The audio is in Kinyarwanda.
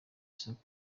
isoko